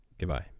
goodbye